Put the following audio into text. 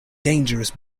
dangerous